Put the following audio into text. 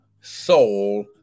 soul